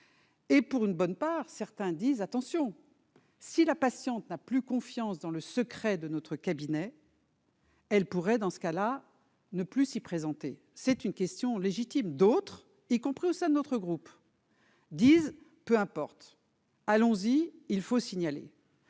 Et pour une bonne part, certains disent attention si la patiente n'a plus confiance dans le secret de notre cabinet. Elle pourrait dans ce cas-là, ne plus s'y présenter, c'est une question légitime, d'autres y compris au sein de notre groupe, disent, peu importe, allons-y, il faut signaler,